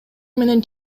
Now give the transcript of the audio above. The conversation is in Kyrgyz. менен